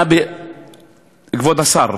כבוד השר,